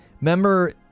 Remember